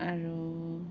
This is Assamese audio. আৰু